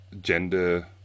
gender